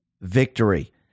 victory